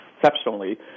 Exceptionally